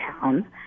town